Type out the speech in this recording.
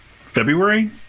February